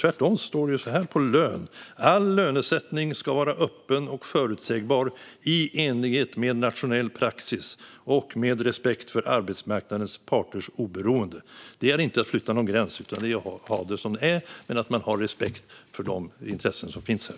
Tvärtom står det följande om lön: "All lönesättning ska vara öppen och förutsägbar i enlighet med nationell praxis och med respekt arbetsmarknadens parters oberoende." Det är inte att flytta någon gräns, utan det är att ha det som det är. Men man har respekt för de intressen som finns här.